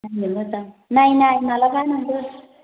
नायनो मोजां नाय नाय माब्लाबा नोंबो